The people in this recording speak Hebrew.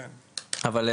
אבל,